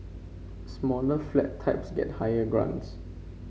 smaller flat types get higher grants